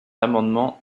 l’amendement